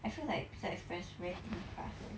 I feel like pizza express very thin crust eh